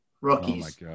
rockies